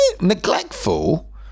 neglectful